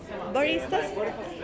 baristas